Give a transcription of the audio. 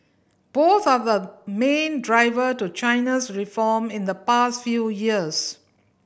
both are the main driver to China's reform in the past few years